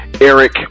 Eric